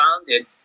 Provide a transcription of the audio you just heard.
founded